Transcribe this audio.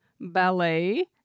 ballet